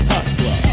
Hustler